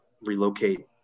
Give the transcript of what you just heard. relocate